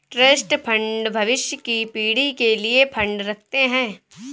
trust fund भविष्य की पीढ़ी के लिए फंड रखते हैं